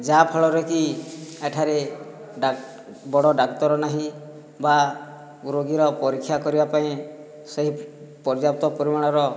ଯାହା ଫଳରେକି ଏଠାରେ ବଡ଼ ଡାକ୍ତର ନାହିଁ ବା ରୋଗୀର ପରୀକ୍ଷା କରିବା ପାଇଁ ସେହି ପର୍ଯ୍ୟାପ୍ତ ପରିମାଣର